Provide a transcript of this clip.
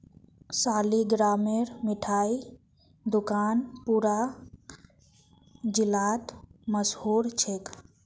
सालिगरामेर मिठाई दुकान पूरा जिलात मशहूर छेक